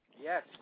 Yes